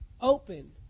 Open